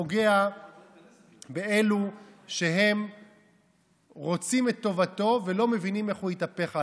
פוגע באלו שרוצים את טובתו ולא מבינים איך הוא התהפך עליהם.